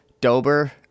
Dober